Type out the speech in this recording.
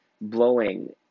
blowing